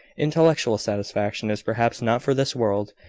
intellectual satisfaction is perhaps not for this world,